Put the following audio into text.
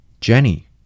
Jenny